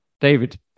David